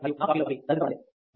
మరియు నా కాపీలో అది సరిదిద్దబడలేదు